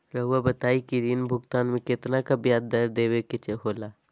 रहुआ बताइं कि ऋण भुगतान में कितना का ब्याज दर देवें के होला?